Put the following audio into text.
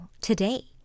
today